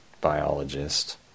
biologist